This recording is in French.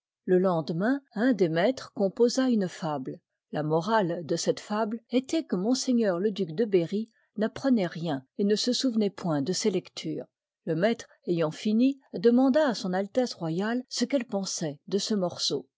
le lendemain un des maîtres composa une fable la morale de cette fable étoit que m le duc de bcrry n'apprenoit rien et ne se souvenoit point de ses lectures le maître ayant fini demanda à s a r ce qu'elle pensoit de ce morceau